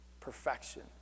perfection